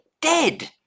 dead